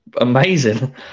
amazing